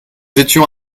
étions